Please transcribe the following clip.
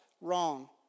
wrong